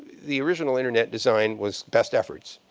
the original internet design was best efforts.